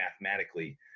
mathematically